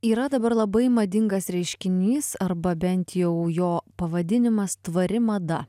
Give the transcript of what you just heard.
yra dabar labai madingas reiškinys arba bent jau jo pavadinimas tvari mada